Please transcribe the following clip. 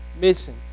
missing